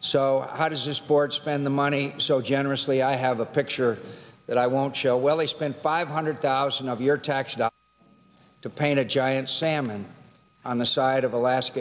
so how does this board spend the money so generously i have a picture that i won't show well he spent five hundred thousand of your tax dollars to paint a giant salmon on the side of alaska